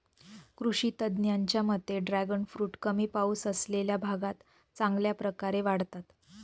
कृषी तज्ज्ञांच्या मते ड्रॅगन फ्रूट कमी पाऊस असलेल्या भागात चांगल्या प्रकारे वाढतात